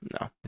No